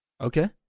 Okay